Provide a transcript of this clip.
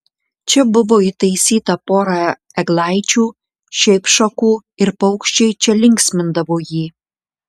čia buvo įtaisyta pora eglaičių šiaip šakų ir paukščiai čia linksmindavo jį